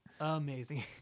amazing